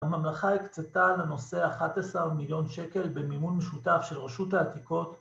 הממלכה הקצתה לנושא 11 מיליון שקל, במימון משותף של ראשות העתיקות ...